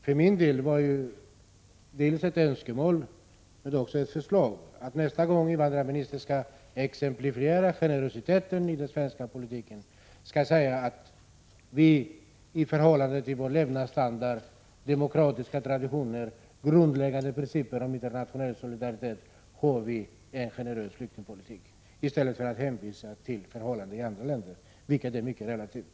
För min del var det ett önskemål och ett förslag att invandrarministern, när han nästa gång skall exemplifiera generositeten i den svenska politiken, skall säga att vi i förhållande till vår levnadsstandard, våra demokratiska traditioner och våra grundläggande principer om internationell solidaritet har en generös flyktingpolitik — i stället för att hänvisa till förhållandena i andra länder, vilket innebär något mycket relativt.